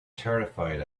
terrified